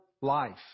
life